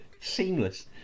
Seamless